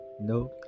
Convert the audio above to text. No